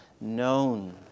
known